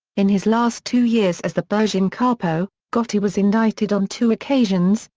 in his last two years as the bergin capo, gotti was indicted on two occasions,